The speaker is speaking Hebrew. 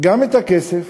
את הכסף,